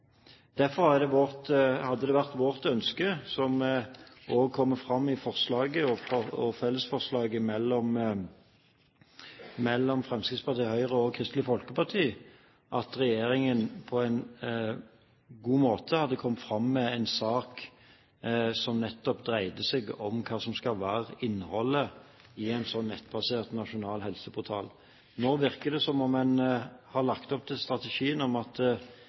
Derfor er det vårt ønske, som også kommer fram i fellesforslaget fra Fremskrittspartiet, Høyre og Kristelig Folkeparti, at regjeringen på en god måte hadde kommet med en sak som nettopp dreide seg om hva som skal være innholdet i en slik nettbasert nasjonal helseportal. Nå virker det som om en har lagt opp til strategien om at